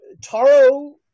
Taro